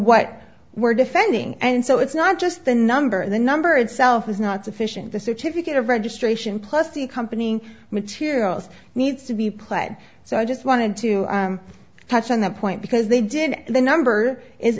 what we're defending and so it's not just the number the number itself is not sufficient the certificate of registration plus the accompanying materials needs to be applied so i just wanted to touch on that point because they did the number is